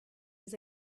his